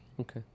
Okay